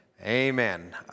Amen